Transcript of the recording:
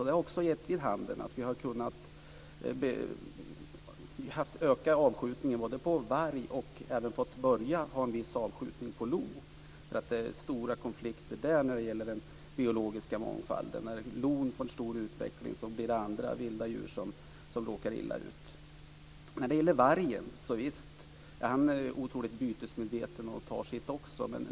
Det har gett vid handen att avskjutningen på varg har ökat och att det har blivit en viss avskjutning av lo. Det finns stora konflikter i den biologiska mångfalden, dvs. när lon får utvecklas råkar andra vilda djur illa ut. Vargen är otroligt bytesmedveten och tar sitt också.